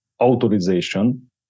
authorization